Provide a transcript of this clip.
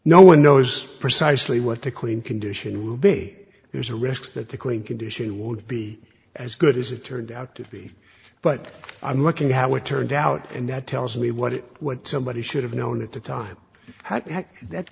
no one knows precisely what the clean condition will be there's a risk that the clean condition will be as good as it turned out to be but i'm looking at how it turned out and that tells me what it what somebody should have known at the time that